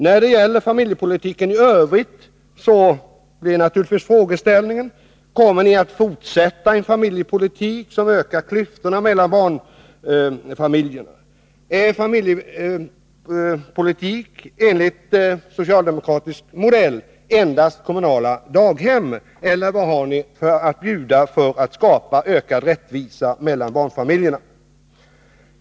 När det gäller familjepolitiken i övrigt, blir naturligtvis frågeställningen: Kommer ni att fortsätta en familjepolitik som ökar klyftorna mellan barnfamiljerna? Innebär familjepolitik enligt socialdemokratisk modell endast kommunala daghem, eller vad har ni att bjuda för att skapa en ökad rättvisa mellan barnfamiljerna?